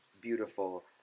beautiful